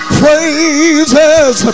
praises